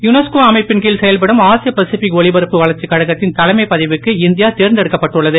UNESCO அமைப்பின் கீழ் செயல்படும் ஆசிய பசிபிக் ஒலிபரப்பு வளர்ச்சிக் கழகத்தின் தலைமைப் பதவிக்கு இந்தியா தேர்ந்தெடுக்கப் பட்டுள்ளது